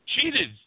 cheated